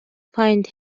find